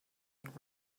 and